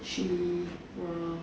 she will